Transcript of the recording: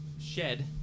Shed